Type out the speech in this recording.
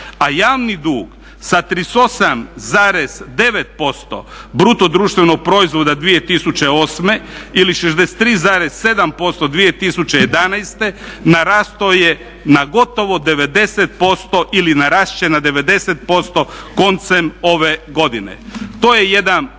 a javni dug sa 38,9% bruto društvenog proizvoda 2008. ili 63,7% 2011. narastao je na gotovo 90% ili narast će na 90% koncem ove godine. To je jedan